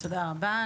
תודה רבה.